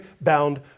bound